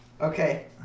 Okay